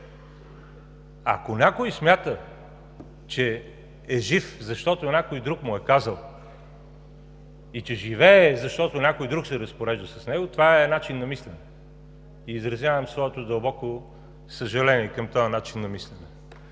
Ако някой смята, че е жив, защото някой друг му е казал, че живее, защото някой друг се разпорежда с него, това е начин на мислене и изразявам своето дълбоко съжаление към този начин на мислене.